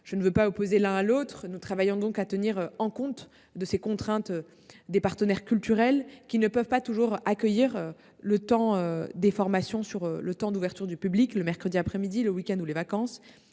Je ne veux pas opposer RCD et EAC. Nous travaillons donc à prendre en compte les contraintes des partenaires culturels, qui ne peuvent pas toujours accueillir les temps de formation sur ces temps d’ouverture au public que sont le mercredi après midi, le week end et les vacances.